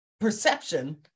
perception